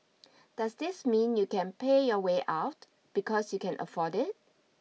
does this mean you can pay your way out because you can afford it